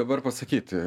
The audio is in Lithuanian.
dabar pasakyti